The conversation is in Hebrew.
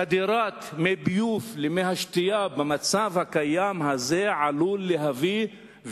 חדירת מי ביוב למי השתייה במצב הקיים עלולה להביא,